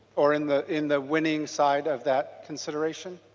or in the in the winning side of that consideration?